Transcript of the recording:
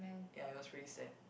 ya it was pretty sad